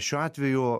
šiuo atveju